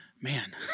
man